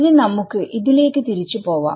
ഇനി നമുക്ക് ലേക്ക് തിരിച്ചു പോവാം